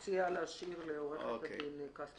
אני מציעה להשאיר לעורכת הדין כספי לבדוק את זה.